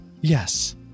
Yes